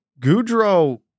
Goudreau